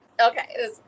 Okay